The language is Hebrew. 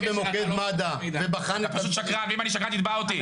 במוקד מד"א -- אתה פשוט שקרן ואם אני שקרן תתבע אותי,